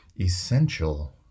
essential